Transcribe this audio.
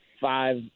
five